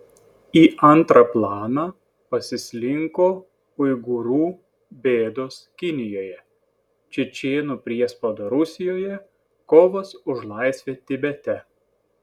į antrą planą pasislinko uigūrų bėdos kinijoje čečėnų priespauda rusijoje kovos už laisvę tibete